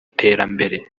terambere